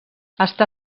està